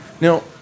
Now